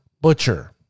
Butcher